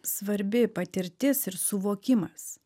svarbi patirtis ir suvokimas